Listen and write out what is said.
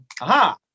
Aha